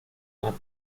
nato